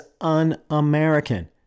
un-American